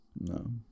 No